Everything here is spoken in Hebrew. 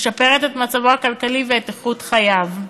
משפרת את מצבו הכלכלי ואת איכות חייו.